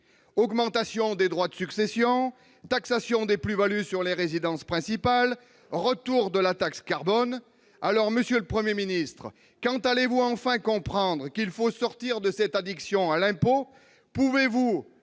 augmentation des droits de succession, taxation des plus-values sur les résidences principales, retour de la taxe carbone. Aussi, monsieur le Premier ministre, quand allez-vous enfin comprendre qu'il faut sortir de cette addiction à l'impôt ? Pouvez-vous